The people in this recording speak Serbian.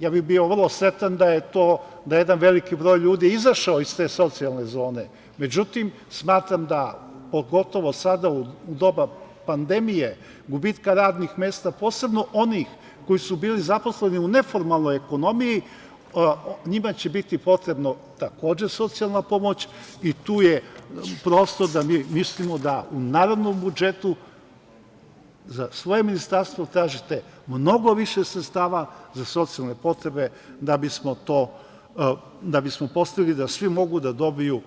Ja bih bio vrlo srećan da je jedan veliki broj ljudi izašao iz te socijalne zone, međutim, smatram da pogotovo sada u doba pandemije, gubitka radnih mesta, posebno onih koji su bili zaposleni u neformalnoj ekonomiji, njima će biti potrebna takođe socijalna pomoć i tu je prostor da mi mislimo da u narednom budžetu za svoje ministarstvo tražite mnogo više sredstava za socijalne potrebe da bismo postigli da svi mogu da dobiju